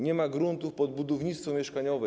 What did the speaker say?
Nie ma gruntów pod budownictwo mieszkaniowe.